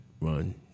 run